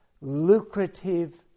lucrative